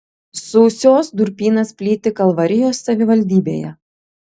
sūsios durpynas plyti kalvarijos savivaldybėje